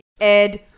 Ed